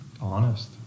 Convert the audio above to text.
honest